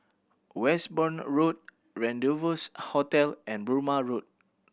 Westbourne Road Rendezvous Hotel and Burmah Road